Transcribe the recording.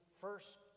first